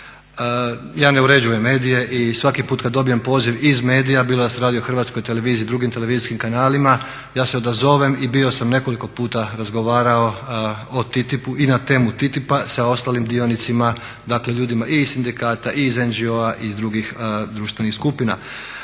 Ja ne uređujem medije i svaki put kad dobijem poziv iz medija, bilo da se rai o Hrvatskoj televiziji, drugim televizijskim kanalima ja se odazovem i bio sam nekoliko puta razgovarao o TTIP-u i na temu TTIP-a sa ostalim dionicima, dakle ljudima i iz sindikata i iz NGO-a i iz drugih društvenih skupina.